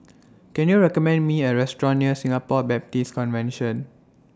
Can YOU recommend Me A Restaurant near Singapore Baptist Convention